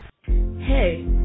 Hey